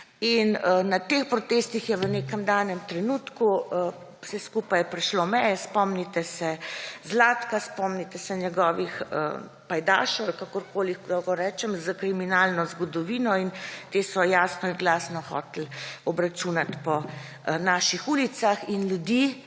Na teh protestih je v nekem danem trenutku vse skupaj prešlo meje. Spomnite se Zlatka, spomnite se njegovih pajdašev, ali kakorkoli lahko rečem, s kriminalno zgodovino, in ti so jasno in glasno hoteli obračunati po naših ulicah in ljudi,